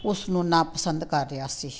ਉਸਨੂੰ ਨਾ ਪਸੰਦ ਕਰ ਰਿਹਾ ਸੀ